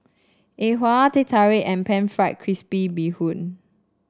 e hua Teh Tarik and pan fried crispy Bee Hoon